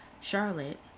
Charlotte